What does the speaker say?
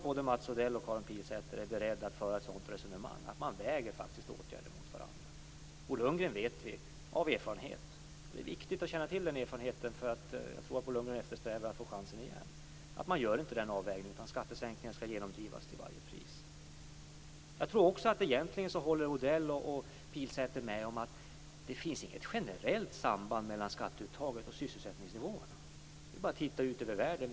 Både Mats Odell och Karin Pilsäter är beredda att föra ett sådant resonemang, dvs. att väga åtgärder mot varandra. Vi vet av erfarenhet att Bo Lundgren - det är viktigt att ha den erfarenheten, eftersom jag tror att Bo Lundgren eftersträvar att få chansen igen - inte gör den avvägningen. Skattesänkningar skall genomdrivas till varje pris. Jag tror att Odell och Pilsäter egentligen håller med om att det inte finns något generellt samband mellan skatteuttaget och sysselsättningsnivåerna. Det är bara att titta ut över världen.